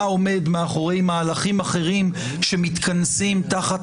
מה עומד מאחורי מהלכים אחרים שמתכנסים תחת